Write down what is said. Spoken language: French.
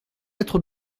être